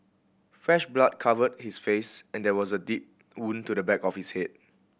fresh blood covered his face and there was a deep wound to the back of his head